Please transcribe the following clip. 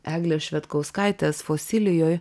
eglės švedkauskaitės fosilijoj